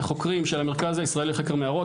וחוקרים של המרכז הישראלי לחקר מערות,